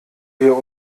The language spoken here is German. wir